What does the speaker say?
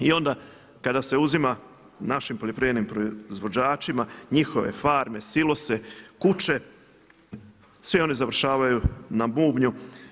I onda kada se uzima našim poljoprivrednim proizvođačima njihove farme, silose, kuće svi oni završavaju na bubnju.